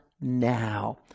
now